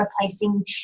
replacing